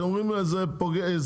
אתם אומרים שזה פוגע,